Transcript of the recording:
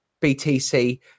BTC